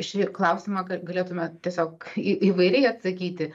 šį klausimą ga galėtume tiesiog į įvairiai atsakyti